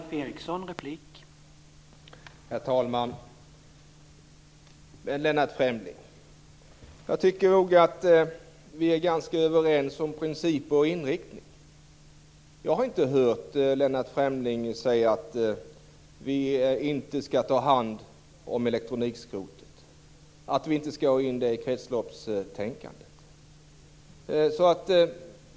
Herr talman! Jag tycker nog att vi är ganska överens om principer och inriktning. Jag har inte hört Lennart Fremling säga att vi inte skall ta hand om elektronikskrotet, att vi inte skall ta in det i kretsloppstänkandet.